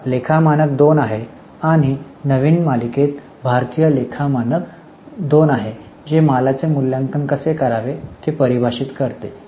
आता लेखा मानक 2 आहे आणि नवीन मालिकेत भारतीय लेखा मानक 2 आहे जे मालाचे मूल्यांकन कसे करावे ते परिभाषित करते